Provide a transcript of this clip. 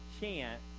chance